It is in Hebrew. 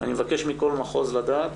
אני מבקש מכל מחוז לדעת